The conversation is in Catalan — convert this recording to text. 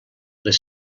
les